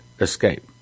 escape